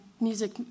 music